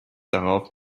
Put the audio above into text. darauf